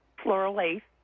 floral lace.